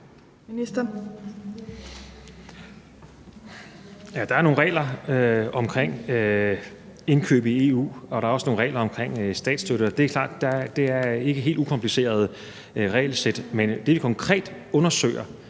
der er nogle regler omkring indkøb i EU, og der er også nogle regler omkring statsstøtte. Og det er klart, at det ikke er et helt ukompliceret regelsæt. Men det, vi konkret undersøger,